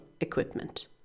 equipment